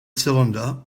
cylinder